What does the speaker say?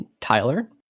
Tyler